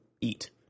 eat